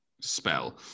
spell